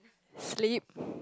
sleep